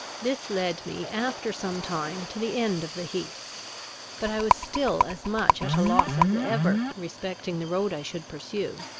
this led me, after some time, to the end of the heath but i was still as much at a loss as ever respecting the road i should pursue.